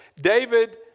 David